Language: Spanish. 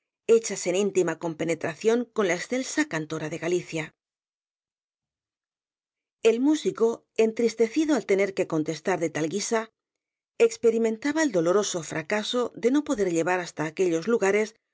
hechas en íntima compenetración con la excelsa cantora de galicia el músico entristecido al tener que contestar de tal guisa experimentaba el doloroso fracaso de no poder llevar hasta aquellos lugares